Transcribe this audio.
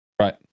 right